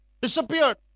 Disappeared